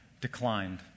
declined